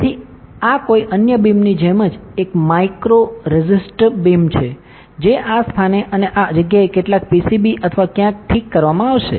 તેથી આ કોઈ અન્ય બીમની જેમ જ એક માઇક્રો રેસિસ્ટર બીમ છે જે આ સ્થાને અને આ જગ્યાએ કેટલાક પીસીબી અથવા ક્યાંક ઠીક કરવામાં આવશે